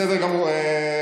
בסדר גמור.